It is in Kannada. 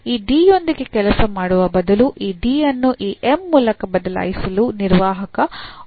ಈ D ಯೊಂದಿಗೆ ಕೆಲಸ ಮಾಡುವ ಬದಲು ಈ D ಅನ್ನು ಈ m ಮೂಲಕ ಬದಲಾಯಿಸಲು ನಿರ್ವಾಹಕ ಉತ್ತಮವಾಗಿದೆ